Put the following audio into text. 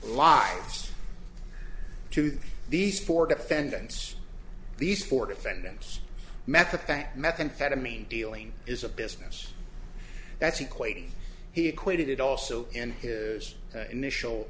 lives to these four defendants these four defendants meth the fact methamphetamine dealing is a business that's equate he equated it also in his initial